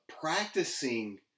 practicing